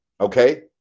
okay